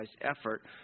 effort